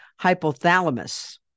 hypothalamus